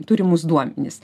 turimus duomenis